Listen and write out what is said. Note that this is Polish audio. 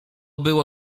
było